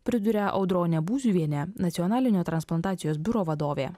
priduria audronė būziuvienė nacionalinio transplantacijos biuro vadovė